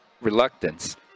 Reluctance